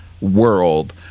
world